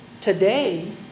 today